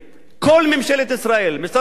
כל ממשלת ישראל, משרד הפנים,